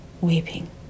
weeping